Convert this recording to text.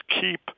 keep